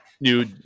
new